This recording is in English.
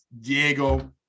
Diego –